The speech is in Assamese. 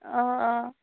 অঁ অঁ